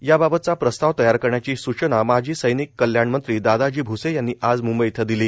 याबाबतचा प्रस्ताव तयार करण्याची सुचना माजी समिक कल्याण मंत्री दादाजी भूसे यांनी आज मंबई इथं दिली